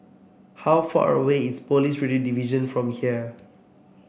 how far away is Police Radio Division from here